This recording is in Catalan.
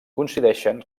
coincideixen